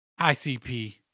ICP